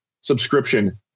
subscription